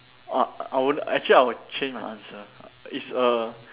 uh I won~ actually I will change my answer it's a